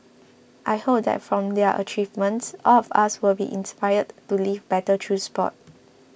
I hope that from their achievements all of us will be inspired to live better through sport